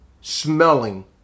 smelling